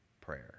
prayer